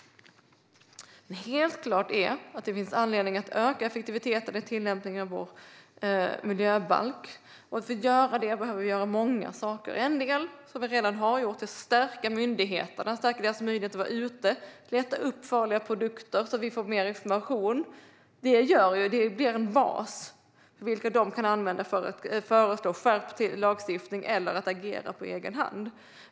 Helt klart är att det finns anledning att öka effektiviteten i tillämpningen av vår miljöbalk. För det behöver vi göra många saker. En del som vi redan har gjort är att stärka myndigheterna och deras möjlighet att vara ute och leta upp farliga produkter så att vi kan få mer information. Det blir en bas som de kan använda för att föreslå skärpt lagstiftning eller för att agera på egen hand.